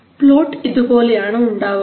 plot ഇതു പോലെയാണ് ഉണ്ടാവുക